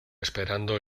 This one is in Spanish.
esperando